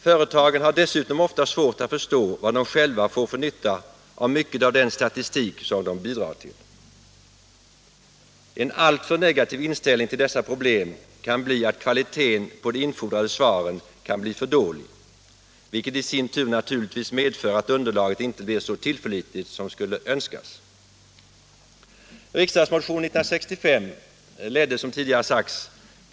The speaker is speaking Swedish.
Företagen har dessutom ofta svårt att förstå vad de själva får för nytta av mycket av den statistik som de bidrar till. En alltför negativ inställning till dessa problem kan förorsaka att kvaliteten på de infordrade svaren blir för dålig, vilket i sin tur naturligtvis medför att underlaget inte blir så tillförlitligt som skulle önskas.